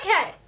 okay